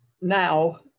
now